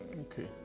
okay